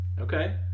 Okay